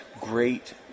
great